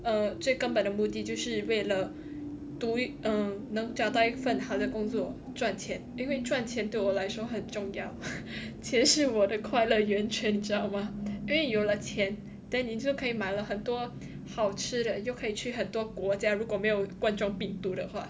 嗯最根本的目的就是为了都能找到一份好的工作赚钱因为赚钱对我来说很重要钱是我的快乐源泉知道吗因为有了钱 then 你就可以买了很多好吃的就可以去很多国家如果没有冠中病毒的话